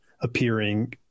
appearing